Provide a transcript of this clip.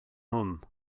hwn